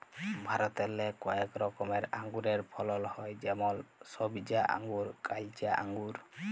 ভারতেল্লে কয়েক রকমের আঙুরের ফলল হ্যয় যেমল সইবজা আঙ্গুর, কাইলচা আঙ্গুর